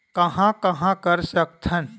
कहां कहां कर सकथन?